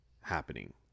happening